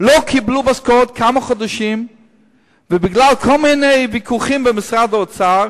שלא קיבלו משכורות כמה חודשים בגלל כל מיני ויכוחים בין משרד האוצר